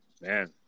Man